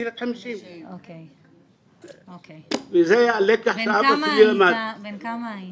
תחילת 50'. בן כמה היית?